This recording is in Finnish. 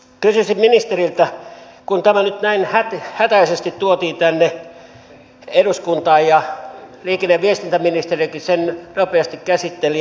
kysyisin ministeriltä kun tämä nyt näin hätäisesti tuotiin tänne eduskuntaan ja liikenne ja viestintäministeriökin sen nopeasti käsitteli